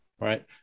right